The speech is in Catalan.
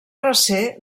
recer